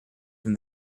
from